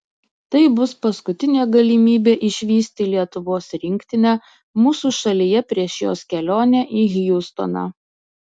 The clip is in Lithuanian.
tai bus paskutinė galimybė išvysti lietuvos rinktinę mūsų šalyje prieš jos kelionę į hjustoną